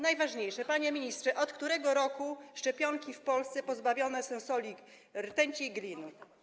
Najważniejsze: Panie ministrze, od którego roku szczepionki w Polsce są pozbawione soli rtęci i glinu?